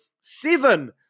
Seven